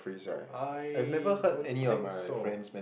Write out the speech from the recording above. I don't think so